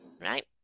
Right